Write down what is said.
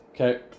Okay